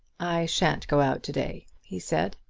i shan't go out to-day, he said.